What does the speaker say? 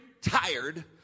tired